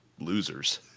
losers